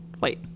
wait